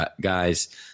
guys